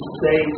say